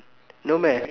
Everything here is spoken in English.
no meh